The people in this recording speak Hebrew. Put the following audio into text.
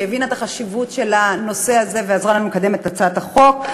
שהבינה את החשיבות של הנושא הזה ועזרה לנו לקדם את הצעת החוק,